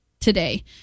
today